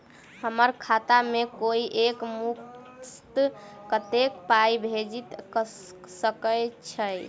हम्मर खाता मे कोइ एक मुस्त कत्तेक पाई भेजि सकय छई?